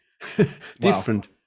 Different